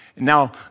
Now